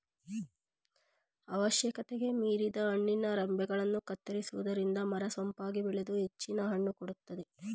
ಅವಶ್ಯಕತೆಗೆ ಮೀರಿದ ಹಣ್ಣಿನ ರಂಬೆಗಳನ್ನು ಕತ್ತರಿಸುವುದರಿಂದ ಮರ ಸೊಂಪಾಗಿ ಬೆಳೆದು ಹೆಚ್ಚಿನ ಹಣ್ಣು ಕೊಡುತ್ತದೆ